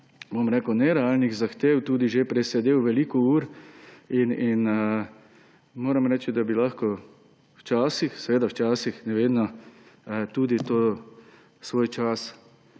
nekaterih nerealnih zahtev tudi že presedel veliko ur in moram reči, da bi lahko včasih ‒ seveda včasih, ne vedno –, tudi ta svoj čas